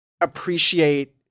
appreciate